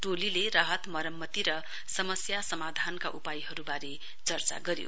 टोलीले राहत मरमति र समस्या समाधानका उपायहरुवारे चर्चा गर्यो